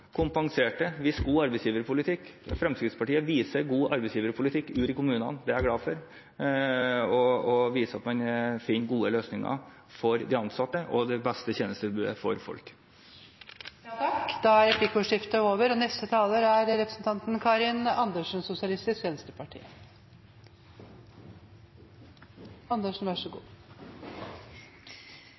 jeg glad for – og viser at man finner gode løsninger for de ansatte og det beste tjenestetilbudet for folk. Replikkordskiftet er over.